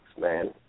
man